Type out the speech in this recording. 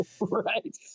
Right